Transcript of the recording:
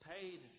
paid